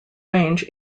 range